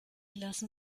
lassen